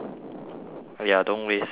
!aiya! don't waste don't waste ink